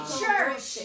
church